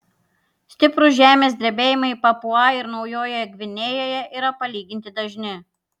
stiprūs žemės drebėjimai papua ir naujojoje gvinėjoje yra palyginti dažni